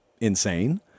insane